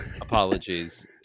Apologies